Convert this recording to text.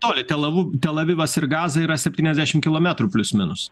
toli telavu tel avivas ir gaza yra septyniasdešim kilometrų plius minus